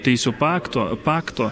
teisių pakto pakto